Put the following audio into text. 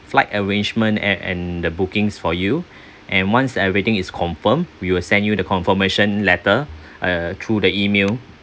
flight arrangements and and the bookings for you and once everything is confirmed we will send you the confirmation letter uh through the email